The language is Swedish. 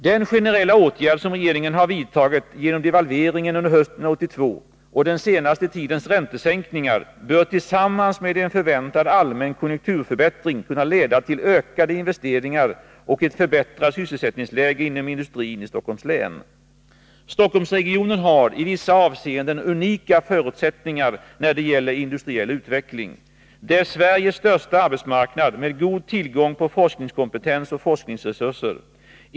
De generella åtgärder som regeringen har vidtagit, såsom devalveringen under hösten 1982 och den senaste tidens räntesänkning, bör tillsammans med en förväntad allmän konjunkturförbättring kunna leda till ökade investeringar och ett förbättrat sysselsättningsläge inom industrin i Stockholms län. Stockholmsregionen har i vissa avseenden unika förutsättningar när det gäller industriell utveckling. Det är Sveriges största arbetsmarknad med god tillgång på forskningskompetens och forskningsresurser.